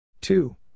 two